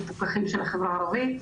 במטפלות.